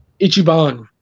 Ichiban